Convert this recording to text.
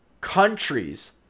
countries